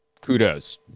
kudos